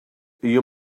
your